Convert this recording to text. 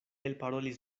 elparolis